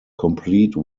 complete